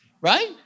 Right